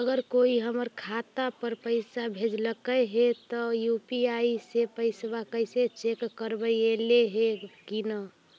अगर कोइ हमर खाता पर पैसा भेजलके हे त यु.पी.आई से पैसबा कैसे चेक करबइ ऐले हे कि न?